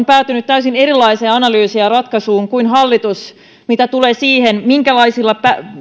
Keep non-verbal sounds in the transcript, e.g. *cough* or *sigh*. *unintelligible* päätynyt täysin erilaiseen analyysiin ja ratkaisuun kuin hallitus mitä tulee siihen minkälaisilla